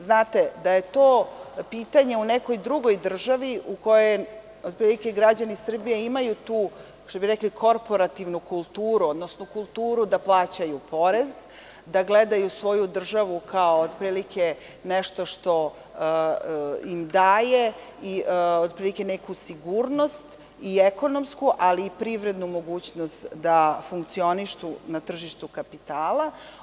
Znate, da je to pitanje u nekoj drugoj državi u kojoj otprilike građani Srbije imaju tu, kako bi rekli, korporativnu kulturu, odnosno kulturu da plaćaju porez, da gledaju svoju državu kao nešto što im daje neku sigurnost i ekonomsku, ali i privrednu mogućnost da funkcionišu na tržištu kapitala.